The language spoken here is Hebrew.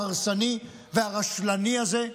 ההרסני והרשלני הזה,